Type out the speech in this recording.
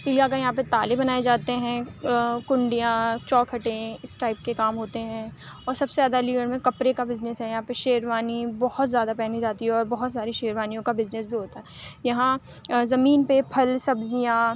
پگھلا کر یہاں پہ تالے بنائے جاتے ہیں کنڈیاں چوکھٹیں اِس ٹائپ کے کام ہوتے ہیں اور سب سے زیادہ علی گڑھ میں کپڑے کا بزنس ہے یہاں پہ شیروانی بہت زیادہ پہنی جاتی ہے اور بہت ساری شیروانیوں کا بزنس بھی ہوتا ہے یہاں زمین پہ پھل سبزیاں